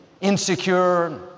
insecure